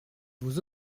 vos